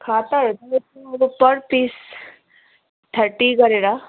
खाता हेर्दाखेरि चाहिँ मेरो पर पिस थर्टी गरेर